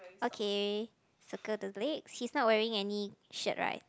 okay circle the leg he's not wearing any shirt right